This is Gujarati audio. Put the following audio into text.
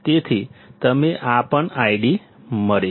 તેથી તમને આ પણ ID મળે છે